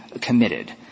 committed